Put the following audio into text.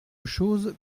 chose